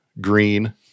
green